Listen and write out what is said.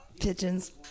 Pigeons